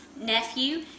nephew